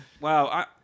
Wow